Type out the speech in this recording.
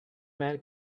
man